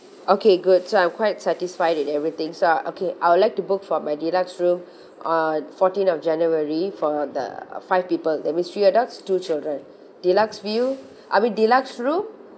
okay good so I'm quite satisfied with everything so okay I would like to book for my deluxe room uh fourteen of january for the five people that means three adults two children deluxe view I mean deluxe room